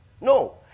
No